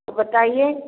तो बताइए